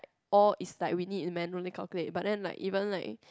all is like we need in manually calculate but then like even like